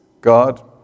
God